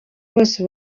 bose